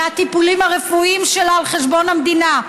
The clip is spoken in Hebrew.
מהטיפולים הרפואיים שלה על חשבון המדינה.